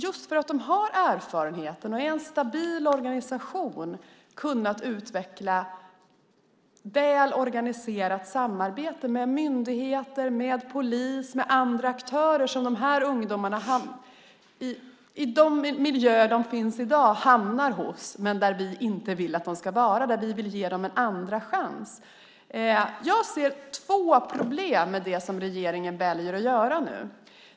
Just för att Exit har erfarenheten och är en stabil organisation har man utvecklat ett väl organiserat samarbete med myndigheter, polis och andra aktörer. Dessa ungdomar hamnar i dag i miljöer där vi inte vill att de ska vara, men vi vill ge dem en andra chans. Jag ser två problem med det som regeringen väljer att göra.